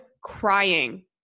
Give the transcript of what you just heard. crying